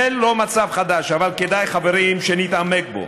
זה לא מצב חדש, אבל כדאי, חברים, שנתעמק בו.